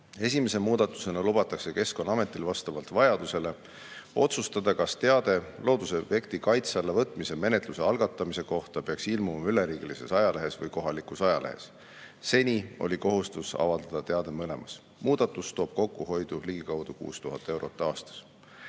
Esimese muudatusena lubatakse Keskkonnaametil vastavalt vajadusele otsustada, kas teade loodusobjekti kaitse alla võtmise menetluse algatamise kohta peaks ilmuma üleriigilises ajalehes või kohalikus ajalehes. Seni oli kohustus avaldada teade mõlemas. Muudatus toob kokkuhoidu ligikaudu 6000 eurot aastas.